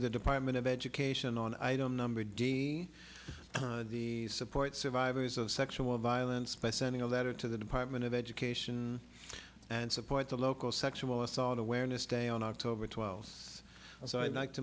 the department of education on i don't numbered the support survivors of sexual violence by sending a letter to the department of education and support the local sexual assault awareness day on october twelfth so i'd like to